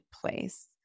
place